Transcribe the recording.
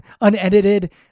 unedited